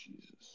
Jesus